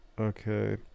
Okay